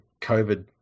COVID